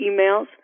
emails